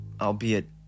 albeit